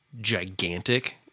gigantic